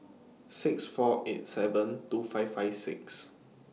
six four eight seven two five five six